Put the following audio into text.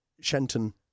shenton